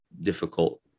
difficult